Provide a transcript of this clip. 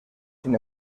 sin